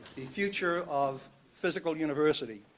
the future of physical university.